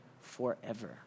forever